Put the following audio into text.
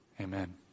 amen